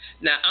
Now